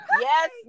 yes